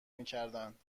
میکردند